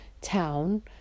town